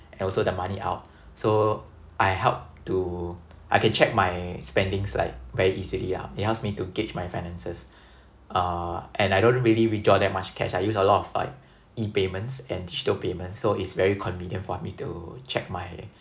and also the money out so I help to I can check my spendings like very easily lah it helps me to gauge my finances uh and I don't really withdraw that much cash I use a lot of like E payments and digital payments so it's very convenient for me to check my